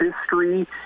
history